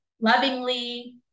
lovingly